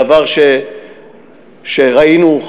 דבר שראינו,